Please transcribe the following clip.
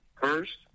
first